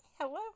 hello